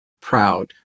proud